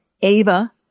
Ava